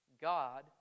God